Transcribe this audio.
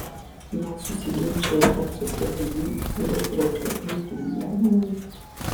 gal susiginčijau pats su savimi ir uždraudžiau eiti į miegamąjį